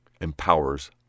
empowers